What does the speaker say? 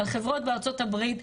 על חברות בארה"ב,